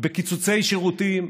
בקיצוצי שירותים,